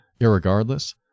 irregardless